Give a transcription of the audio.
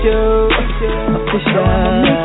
official